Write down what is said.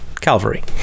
Calvary